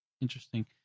interesting